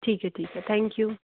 ठीक है ठीक है थैंक यू